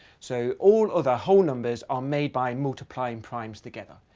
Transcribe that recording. so all other whole numbers are made by multiplying primes together.